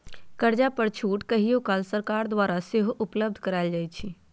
कर्जा पर छूट कहियो काल सरकार द्वारा सेहो उपलब्ध करायल जाइ छइ